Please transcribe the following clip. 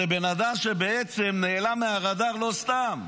זה בן אדם שבעצם נעלם מהרדאר לא סתם.